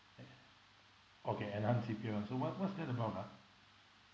eh okay enhanced C_P_F so what what's that about ah